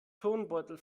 turnbeutel